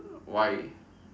why